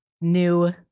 new